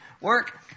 work